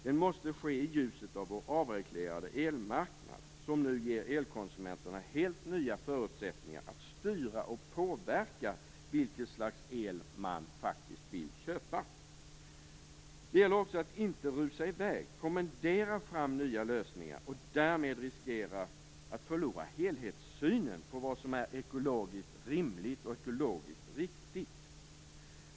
Det måste ske i ljuset av vår avreglerade elmarknad som nu ger elkonsumenterna helt nya förutsättningar att styra och påverka vilken slags el man faktiskt vill köpa. Det gäller också att inte rusa i väg, att inte kommendera fram nya lösningar och därmed riskera att förlora helhetssynen på vad som är ekologiskt rimligt och riktigt.